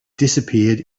disappeared